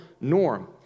norm